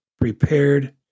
prepared